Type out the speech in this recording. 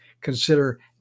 consider